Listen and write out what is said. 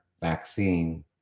vaccine